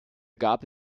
gab